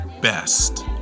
best